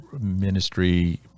ministry